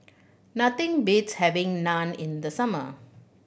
nothing beats having Naan in the summer